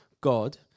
God